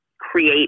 create